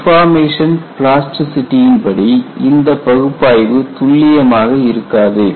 deformation பிளாஸ்டிசிட்டியின் படி இந்த பகுப்பாய்வு துல்லியமாக இருக்காது